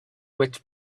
which